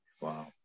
Wow